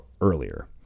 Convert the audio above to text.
earlier